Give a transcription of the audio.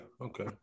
okay